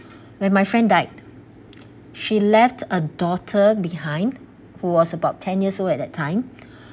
when my friend died she left a daughter behind who was about ten years old at that time